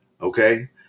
Okay